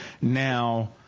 Now